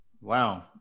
Wow